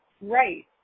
right